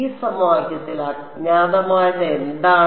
ഈ സമവാക്യത്തിൽ അജ്ഞാതമായത് എന്താണ്